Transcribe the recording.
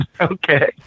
okay